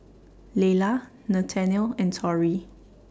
Lela Nathaniel and Torry